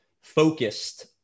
focused